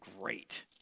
great